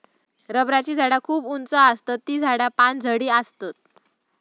रबराची झाडा खूप उंच आसतत ती झाडा पानझडी आसतत